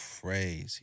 crazy